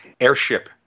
airship